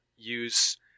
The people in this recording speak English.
Use